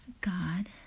God